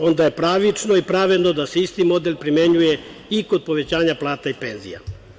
Onda je pravično i pravedno da se isti model primenjuje i kod povećanja plata i penzija.